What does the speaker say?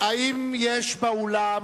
האם יש באולם